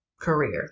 career